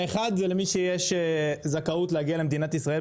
האחד למי שיש זכאות להגיע למדינת ישראל,